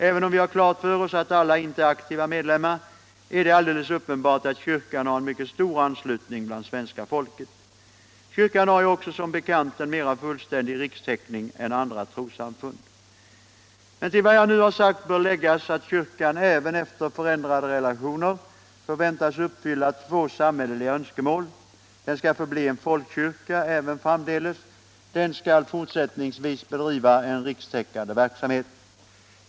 Även om vi har klart för oss att alla inte är aktiva medlemmar är det alldeles uppenbart att kyrkan har en mycket stor anslutning bland svenska folket. Kyrkan har ju också som bekant en mera fullständig rikstäckning än andra trossamfund. Men till vad jag nu har sagt bör läggas att kyrkan även efter förändrade relationer förväntas uppfylla två samhälleliga önskemål. Den skall förbli en folkkyrka även framdeles. Den skall också fortsättningsvis bedriva en rikstäckande verksamhet.